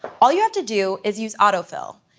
but all you have to do is use autofill,